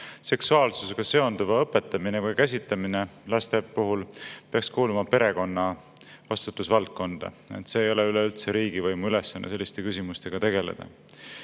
seksuaalsusega seonduva õpetamine või käsitlemine laste puhul peaks kuuluma perekonna vastutusvaldkonda. See ei ole üleüldse riigivõimu ülesanne selliste küsimustega tegeleda.